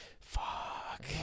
fuck